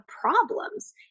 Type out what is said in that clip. problems